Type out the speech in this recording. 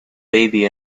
baby